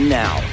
now